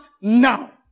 now